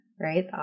right